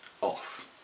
off